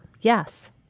yes